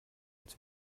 als